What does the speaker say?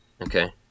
Okay